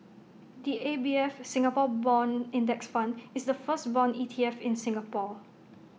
the A B F Singapore Bond index fund is the first Bond E T F in Singapore